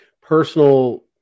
personal